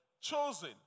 chosen